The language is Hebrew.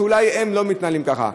שאולי הן לא מתנהלות ככה,